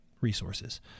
resources